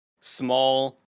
small